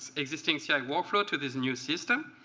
existing ci ah workflow to this new system.